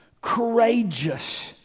courageous